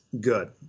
good